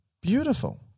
Beautiful